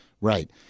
Right